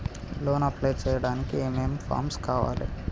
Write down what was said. Loan apply చేయడానికి ఏం ఏం ఫామ్స్ కావాలే?